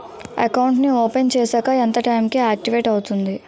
Account నీ open చేశాక ఎంత టైం కి ఆక్టివేట్ అవుతుంది?